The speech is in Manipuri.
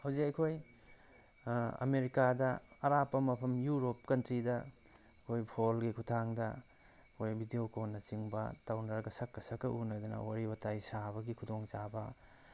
ꯍꯧꯖꯤꯛ ꯑꯩꯈꯣꯏ ꯑꯃꯦꯔꯤꯀꯥꯗ ꯑꯔꯥꯞꯄ ꯃꯐꯝ ꯌꯨꯔꯣꯞ ꯀꯥꯎꯟꯇ꯭ꯔꯤꯗ ꯑꯩꯈꯣꯏ ꯐꯣꯟꯒꯤ ꯈꯨꯊꯥꯡꯗ ꯑꯩꯈꯣꯏ ꯚꯤꯗꯤꯌꯣ ꯀꯣꯜꯅꯆꯤꯡꯕ ꯇꯧꯅꯔꯒ ꯁꯥꯛꯀ ꯁꯥꯛꯀ ꯎꯟꯅꯗꯅ ꯋꯥꯔꯤ ꯋꯥꯇꯥꯏ ꯁꯥꯕꯒꯤ ꯈꯨꯗꯣꯡꯆꯥꯕ